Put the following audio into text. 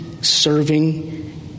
serving